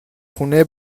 خونه